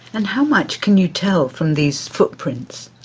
and how much can you tell from these footprints?